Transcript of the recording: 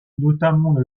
notamment